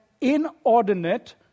inordinate